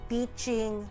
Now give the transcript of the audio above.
Teaching